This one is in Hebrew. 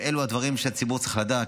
אלו הדברים שהציבור צריך לדעת,